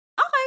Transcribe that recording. Okay